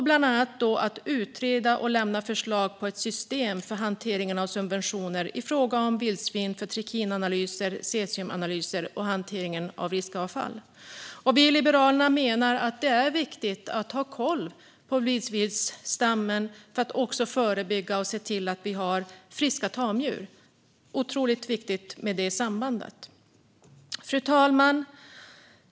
Bland annat ska man utreda och lämna förslag på ett system för hantering av subventioner i fråga om vildsvin för trikinanalyser, cesiumanalyser och hantering av riskavfall. Vi i Liberalerna menar att det är viktigt att ha koll på vildsvinsstammen för att förebygga och se till att vi också har friska tamdjur. Det sambandet är otroligt viktigt. Fru talman!